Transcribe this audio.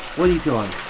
what are you doing?